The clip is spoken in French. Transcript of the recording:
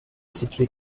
situé